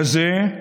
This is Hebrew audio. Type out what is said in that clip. כזה,